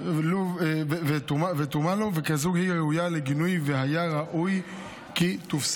נאחל לו בריאות איתנה, וכמובן, מן השמיים תנוחמו.